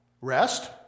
Rest